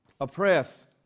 oppress